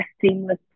seamless